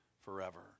forever